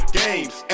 games